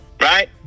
Right